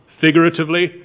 figuratively